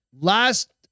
Last